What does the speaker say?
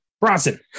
Bronson